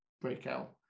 breakout